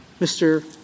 Mr. —